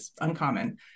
uncommon